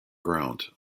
ground